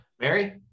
Mary